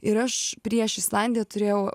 ir aš prieš islandiją turėjau